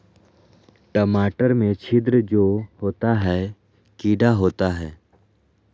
टमाटर में छिद्र जो होता है किडा होता है?